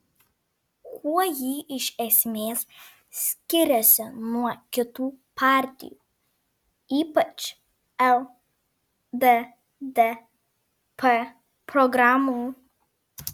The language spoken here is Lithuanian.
kuo ji iš esmės skiriasi nuo kitų partijų ypač lddp programų